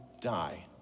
die